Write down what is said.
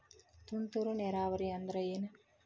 ತುಂತುರು ನೇರಾವರಿ ಅಂದ್ರ ಏನ್?